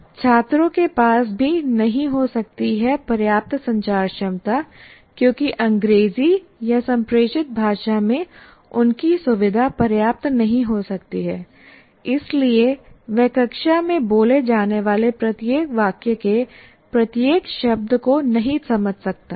छात्रों के पास भी नहीं हो सकती है पर्याप्त संचार क्षमता क्योंकि अंग्रेजी या संप्रेषित भाषा में उनकी सुविधा पर्याप्त नहीं हो सकती है इसलिए वह कक्षा में बोले जाने वाले प्रत्येक वाक्य के प्रत्येक शब्द को नहीं समझ सकता है